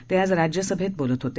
ते आज राज्यसभेत बोलत होते